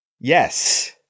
Yes